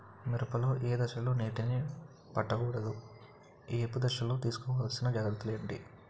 మిరప లో ఏ దశలో నీటినీ పట్టకూడదు? ఏపు దశలో తీసుకోవాల్సిన జాగ్రత్తలు ఏంటి?